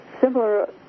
similar